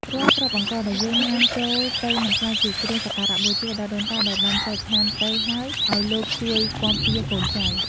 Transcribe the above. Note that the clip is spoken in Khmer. រាល់គ្រាប់អង្ករដែលយើងញ៉ាំចូលទៅនឹងក្លាយជាគ្រឿងសក្ការៈបូជាដល់ដូនតាដែលបានចែកឋានទៅហើយឱ្យលោកជួយគាំពារកូនចៅ។